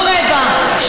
לא רבע,